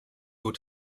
will